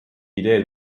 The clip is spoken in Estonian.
ideed